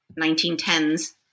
1910s